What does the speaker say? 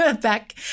back